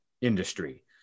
industry